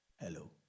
Hello